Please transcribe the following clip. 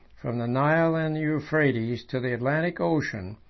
from the nile and euphrates to the atlantic ocean,